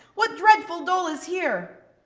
what dreadful dole is here!